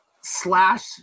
slash